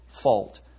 Fault